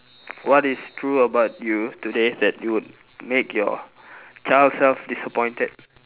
what is true about you today that would make your child self disappointed